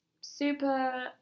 super